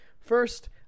First